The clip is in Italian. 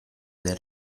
del